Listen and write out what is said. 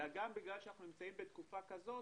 גם בגלל שאנחנו נמצאים בתקופה כזאת